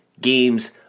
games